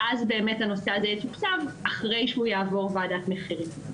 ואז באמת הנושא הזה יתוקצב אחרי שהוא יעבור ועדת מחירים.